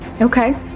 Okay